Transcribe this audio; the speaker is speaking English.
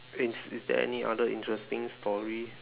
eh is there any other interesting story